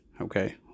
Okay